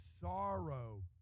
sorrow